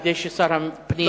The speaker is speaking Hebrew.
כדי ששר הפנים,